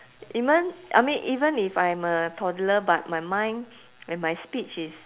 even I mean even if I am a toddler but my mind and my speech is